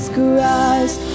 Christ